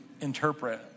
interpret